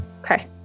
Okay